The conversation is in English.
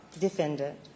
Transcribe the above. Defendant